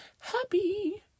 happy